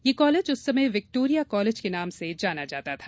यह कॉलेज उस समय विक्टोरिया कॉलेज के नाम से जाना जाता था